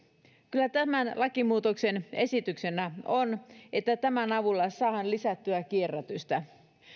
kyllä tämän lakimuutoksen esityksenä on että tämän avulla saadaan lisättyä kierrätystä